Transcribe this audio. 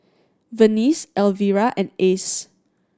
Venice Elvira and Ace